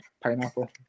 pineapple